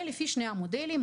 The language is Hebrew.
ולפי שני המודלים,